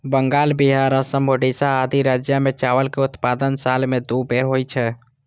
बंगाल, बिहार, असम, ओड़िशा आदि राज्य मे चावल के उत्पादन साल मे दू बेर होइ छै